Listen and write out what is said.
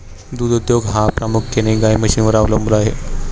दूध उद्योग हा प्रामुख्याने गाई म्हशींवर अवलंबून आहे